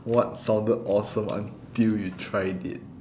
what sounded awesome until you tried it